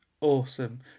Awesome